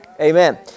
Amen